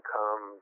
Come